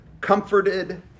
comforted